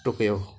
Tokyo